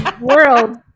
world